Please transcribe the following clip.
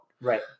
Right